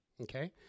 okay